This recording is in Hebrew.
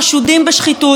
וראש הממשלה,